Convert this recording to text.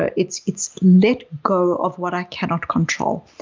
ah it's it's let go of what i cannot control.